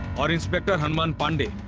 ah inspector hanuman pandey,